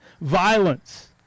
violence